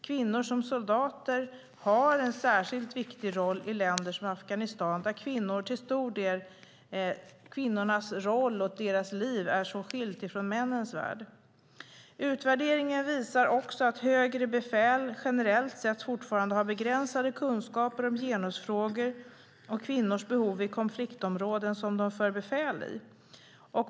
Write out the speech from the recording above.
Kvinnliga soldater har en särskilt viktig roll i länder som Afghanistan där kvinnornas värld är så skild från männens. Utvärderingen visar också att högre befäl generellt sett fortfarande har begränsade kunskaper om genusfrågor och kvinnors behov i de konfliktområden där de för befäl.